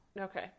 Okay